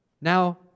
Now